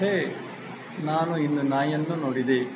ಹೇ ನಾನು ಇಂದು ನಾಯಿಯನ್ನು ನೋಡಿದೆ